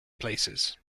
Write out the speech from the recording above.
places